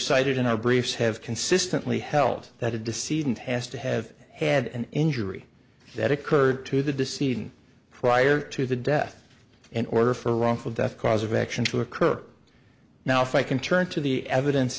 cited in our briefs have consistently held that to deceive and has to have had an injury that occurred to the deceiving prior to the death in order for wrongful death cause of action to occur now if i can turn to the evidence